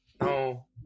No